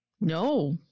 No